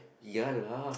ya lah